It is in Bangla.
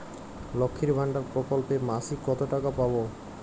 লক্ষ্মীর ভান্ডার প্রকল্পে মাসিক কত টাকা পাব?